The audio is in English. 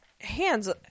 hands